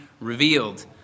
revealed